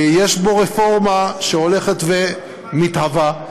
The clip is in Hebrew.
ויש בו רפורמה שהולכת ומתהווה,